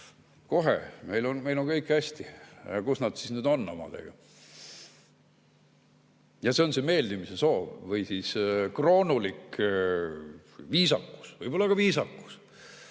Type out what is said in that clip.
kohe, meil on kõik hästi. Kus nad nüüd siis on omadega? Ja see on meeldimise soov või kroonulik viisakus, võib-olla ka viisakus,